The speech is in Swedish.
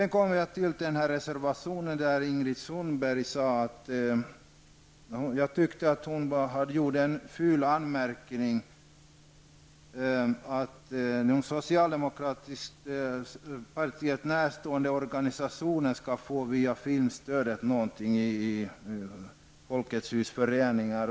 När det gäller reservation nr 9 tyckte jag att Ingrid Sundberg gjorde en ful anmärkning om att det socialdemokratiska partiets närstående organisationer skall få ut något via filmstödet. Det gällde Folkets Husföreningar.